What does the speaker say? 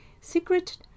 secret